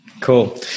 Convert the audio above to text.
Cool